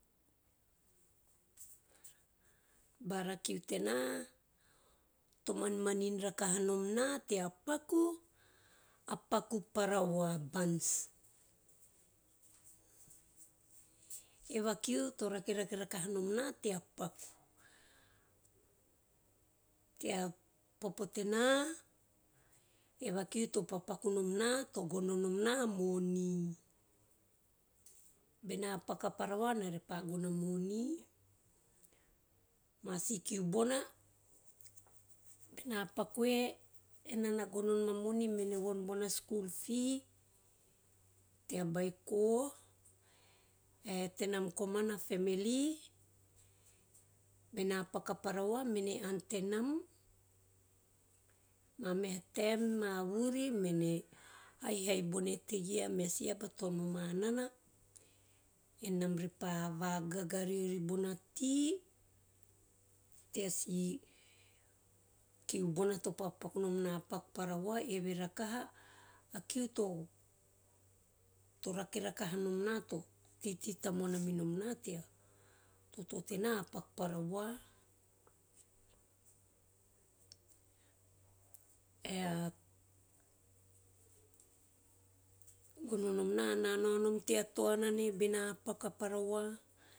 Bara kiu tena to manmanin rakaha nom na tea paku, a paku parawa buns, eve a kiu to rakerake rakaha nom na tea paku. Tea popo tena eva kiu to pakupaku nom na to gono nom na a moni. Bena paku a parawa ena repa nom na a moni, a si kiu bona bena pakue, enena gon a nom a moni mene nom bana skul fee tea beiko ae tenam komana family, bena paku a parawa mene ann tenam, mameha taem, ma vuri mene he bene tere a meha si aba to noma nana enam repa vagaga riori bona tea. Tea si kiu bona to pakupaku nom na paku parawa eve rakaha a kiu to, rake rakaha nom na to teitei tomoana minom na tea toto tena a paku parawa, ea, gono nom na, ena nao nom ttea toana ne bena paku a parawa.